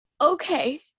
Okay